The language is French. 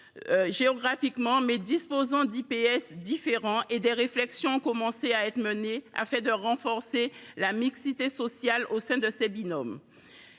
géographiquement, qui disposent d’IPS différents. Des réflexions ont commencé à être menées afin de renforcer la mixité sociale au sein de ces mêmes